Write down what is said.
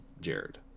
Jared